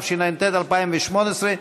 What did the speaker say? התשע"ט 2018,